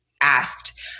asked